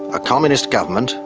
a communist government,